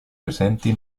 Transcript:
presenti